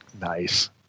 Nice